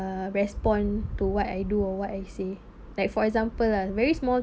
err respond to what I do or what I say like for example lah very small